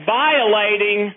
violating